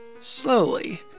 slowly